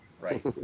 Right